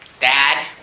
dad